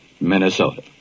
Minnesota